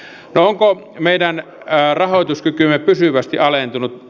no onko meidän rahoituskykymme pysyvästi alentunut